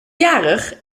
jarig